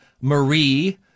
Marie